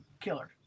killer